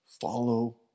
Follow